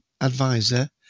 advisor